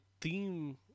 theme